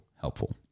helpful